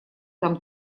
там